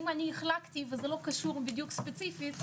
אם החלקתי וזה לא קשור בדיוק ספציפית,